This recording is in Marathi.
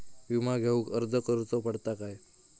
विमा घेउक अर्ज करुचो पडता काय?